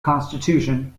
constitution